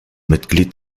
mitglied